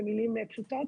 במילים פשוטות,